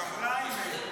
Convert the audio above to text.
חריימה.